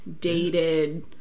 dated